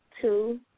Two